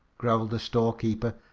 growled the storekeeper.